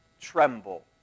tremble